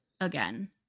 again